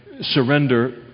surrender